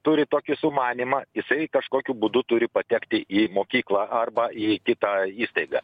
turi tokį sumanymą jisai kažkokiu būdu turi patekti į mokyklą arba į kitą įstaigą